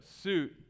suit